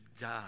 die